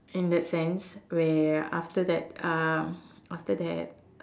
in that sense where after that uh after that